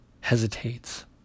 hesitates